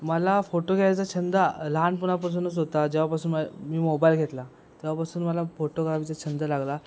मला फोटो घ्यायचा छंद लहानपणापासूनच होता जेव्हापासून माय मी मोबाईल घेतला तेव्हापासून मला फोटोग्राफीचा छंद लागला